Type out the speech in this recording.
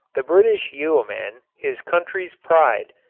the british yeoman, his country's pride,